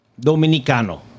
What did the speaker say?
Dominicano